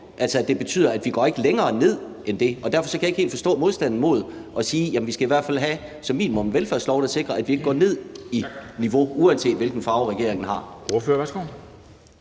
altså at det betyder, at vi ikke går længere ned end det. Derfor kan jeg ikke helt forstå modstanden mod at sige, at vi i hvert fald som minimum skal have en velfærdslov, der sikrer, at vi ikke går ned i niveau, uanset hvilken farve regeringen har.